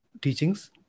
teachings